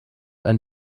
ein